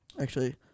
Actually-